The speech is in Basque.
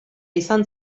izan